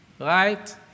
right